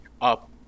up